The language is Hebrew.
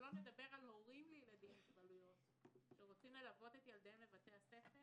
שלא נדבר על הורים עם מוגבלויות שרוצים ללוות את ילדיהם לבתי הספר